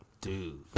Dude